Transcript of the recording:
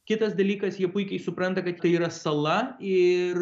kitas dalykas jie puikiai supranta kad tai yra sala ir